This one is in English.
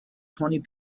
twenty